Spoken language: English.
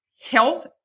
health